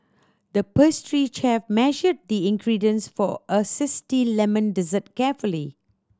the pastry chef measured the ingredients for a lemon dessert carefully